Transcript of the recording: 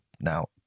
now